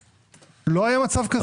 לא היה מצב כזה.